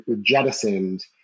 jettisoned